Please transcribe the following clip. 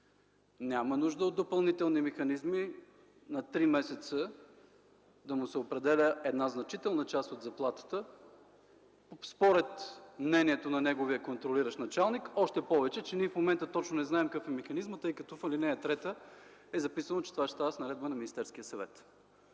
няма нужда от допълнителни механизми – на три месеца да му се определя една значителна част от заплатата според мнението на неговия контролиращ началник. Още повече че ние в момента не знаем точно какъв е механизмът, тъй като в ал. 3 е записано, че това ще става с наредба на Министерския съвет,